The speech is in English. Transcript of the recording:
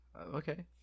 Okay